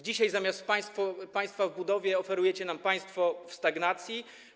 Dzisiaj zamiast państwa w budowie oferujecie nam państwo w stagnacji.